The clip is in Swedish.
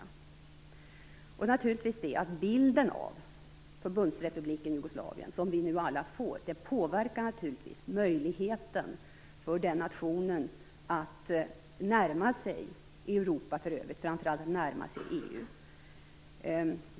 Vi har också framhållit att den bild av Förbundsrepubliken Jugoslavien som alla nu får naturligtvis påverkar nationens möjlighet att närma sig det övriga Europa, framför allt EU.